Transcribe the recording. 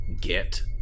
get